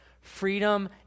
freedom